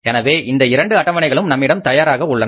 எனவே இந்த இரண்டு அட்டவணைகளும் நம்மிடம் தயாராக உள்ளது